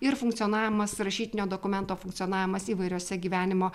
ir funkcionavimas rašytinio dokumento funkcionavimas įvairiose gyvenimo